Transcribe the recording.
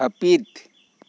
ᱦᱟᱯᱤᱫ